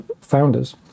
founders